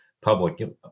public